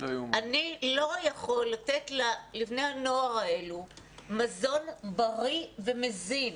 אני לא יכול לתת לבני הנוער האלו מזון בריא ומזין,